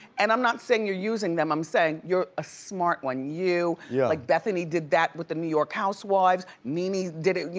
and i'm not saying you're using them, i'm saying you're a smart one, you yeah. like, bethany did that with the new york housewives, mimi did it, you